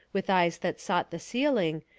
with eyes that sought the ceiling,